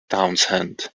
townshend